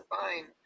fine